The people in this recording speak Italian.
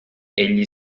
egli